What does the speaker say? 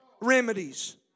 remedies